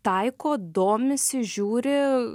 taiko domisi žiūri